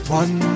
one